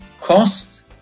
cost